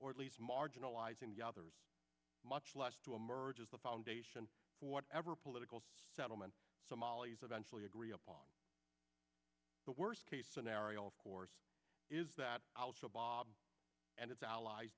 or at least marginalizing the others much less to emerge as the foundation for whatever political settlement somalis eventually agree upon the worst case scenario of course is that al shabaab and its allies